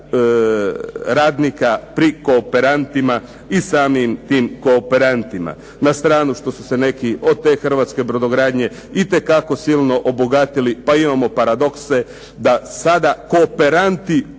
radnika pri kooperantima i samim tim kooperantima. Na stranu što su se neki od te Hrvatske brodogradnje itekako obogatili pa imamo paradokse da sada kooperanti